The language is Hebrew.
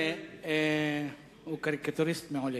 הוא קריקטוריסט מעולה.